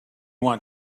want